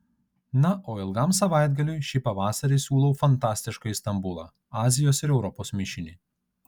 na o ilgam savaitgaliui šį pavasarį siūlau fantastiškąjį stambulą azijos ir europos mišinį